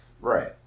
Right